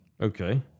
Okay